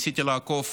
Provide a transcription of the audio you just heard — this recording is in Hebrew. וניסיתי לעקוב